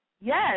Yes